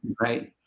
Right